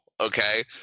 okay